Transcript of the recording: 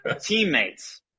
teammates